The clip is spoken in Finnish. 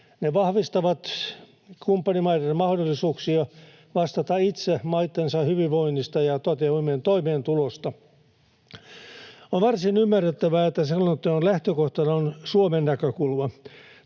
Ne vahvistavat kumppanimaiden mahdollisuuksia vastata itse maittensa hyvinvoinnista ja toimeentulosta. On varsin ymmärrettävää, että selonteon lähtökohtana on Suomen näkökulma.